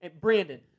Brandon